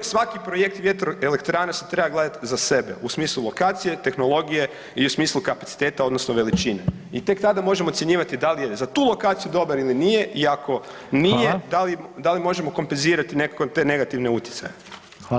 svaki projekt vjetroelektrane treba gledati za sebe u smislu lokacije, tehnologije i u smislu kapaciteta odnosno veličine i tek tada možemo ocjenjivati da li je za tu lokaciju dobar ili nije i ako nije da li možemo kompenzirati nekako te negativne utjecaje.